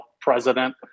president